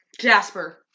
jasper